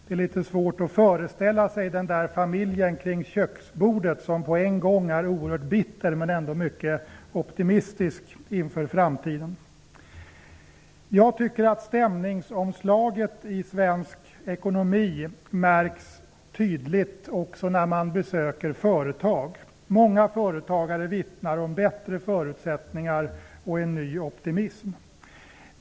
Det är litet svårt att föreställa sig att familjen runt köksbordet både är oerhört bitter och mycket optimistisk inför framtiden. Jag tycker att stämmningsomslaget i svensk ekonomi märks tydligt även när man besöker företag. Många företagare vittnar om bättre förutsättningar och en ny optimism.